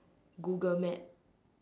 Google map